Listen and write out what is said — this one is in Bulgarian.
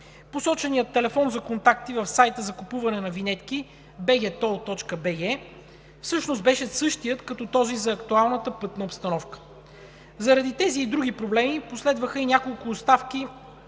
Посоченият телефон за контакти в сайта за купуване на винетки bgtoll.bg всъщност беше същият като този за актуалната пътна обстановка. Заради тези и други проблеми последваха и няколко оставки